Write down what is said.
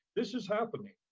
this is happening.